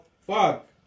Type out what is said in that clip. fuck